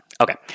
Okay